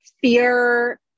fear